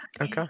Okay